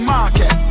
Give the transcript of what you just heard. Market